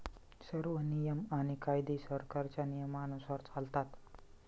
सर्व नियम आणि कायदे सरकारच्या नियमानुसार चालतात